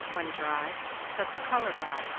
when dry, set the color by,